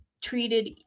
treated